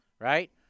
Right